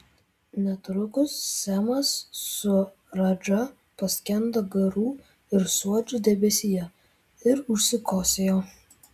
netrukus semas su radža paskendo garų ir suodžių debesyje ir užsikosėjo